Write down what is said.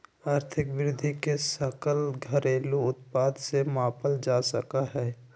आर्थिक वृद्धि के सकल घरेलू उत्पाद से मापल जा सका हई